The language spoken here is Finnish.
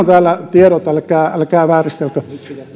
täällä tiedot älkää te vääristelkö